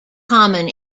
common